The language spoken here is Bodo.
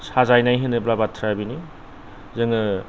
साजायनाय होनोब्ला बाथ्राया बेनो जोङो